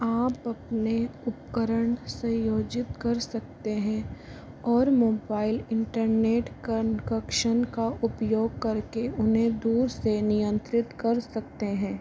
आप अपने उपकरण संयोजित कर सकते हैं और मोबाइल इंटरनेट कनकक्शन का उपयोग करके उन्हें दूर से नियंत्रित कर सकते हैं